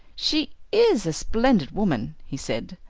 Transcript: she is a splendid woman, he said,